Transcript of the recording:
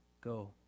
Go